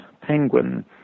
penguin